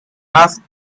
asked